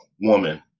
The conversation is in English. woman